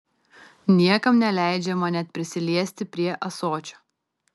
niekam neleidžiama net prisiliesti prie ąsočio